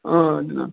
آ جناب